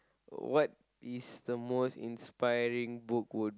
what is the most inspiring booking would